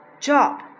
job